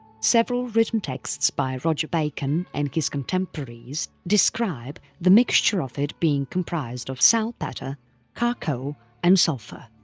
several written texts by roger bacon and his contemporaries describe the mixture of it being comprised of saltpetre, charcoal and sulphur.